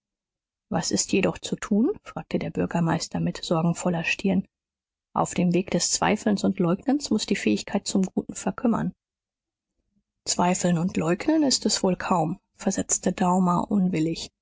was ist jedoch zu tun fragte der bürgermeister mit sorgenvoller stirn auf dem weg des zweifelns und leugnens muß die fähigkeit zum guten verkümmern zweifeln und leugnen ist es wohl kaum versetzte daumer unwillig